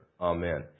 Amen